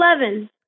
eleven